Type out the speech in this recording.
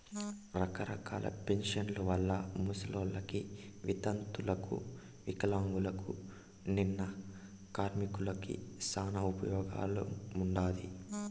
రకరకాల పింఛన్ల వల్ల ముసలోళ్ళకి, వితంతువులకు వికలాంగులకు, నిన్న కార్మికులకి శానా ఉపయోగముండాది